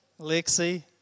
Lexi